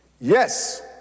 Yes